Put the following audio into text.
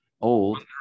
old